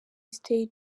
stage